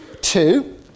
Two